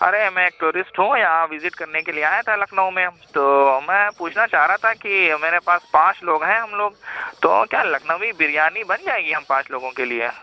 ارے میں ایک ٹورسٹ ہوں یہاں وزٹ کرنے کے لیے آیا تھا لکھنؤ میں تو میں پوچھنا چاہ رہا تھا کہ میرے پاس پانچ لوگ ہیں ہم لوگ تو کیا لکھنوی بریانی بن جائے گی ہم پانچ لوگوں کے لیے